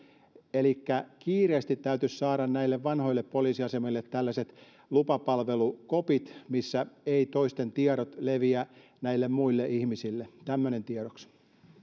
elikkä kiireesti täytyisi saada näille vanhoille poliisiasemille tällaiset lupapalvelukopit joista toisten tiedot eivät leviä näille muille ihmisille tämmöinen tiedoksi